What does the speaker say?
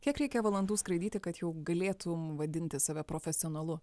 kiek reikia valandų skraidyti kad jau galėtum vadinti save profesionalu